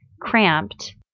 cramped